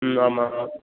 ம் ஆமாம்